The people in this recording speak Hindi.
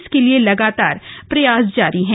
इसके लिए लगातार प्रयास जारी है